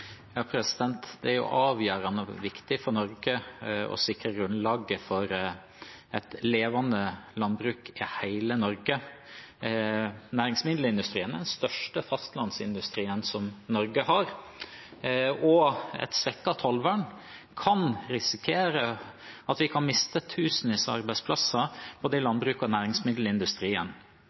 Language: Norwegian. Det er avgjørende viktig for Norge å sikre grunnlaget for et levende landbruk i hele Norge. Næringsmiddelindustrien er den største fastlandsindustrien Norge har, og med et svekket tollvern kan vi risikere å miste tusenvis av arbeidsplasser både i landbruket og i næringsmiddelindustrien.